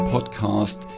Podcast